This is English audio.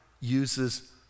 uses